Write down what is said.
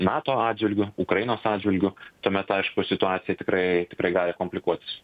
nato atžvilgiu ukrainos atžvilgiu tuomet aišku situacija tikrai tikrai gali komplikuotis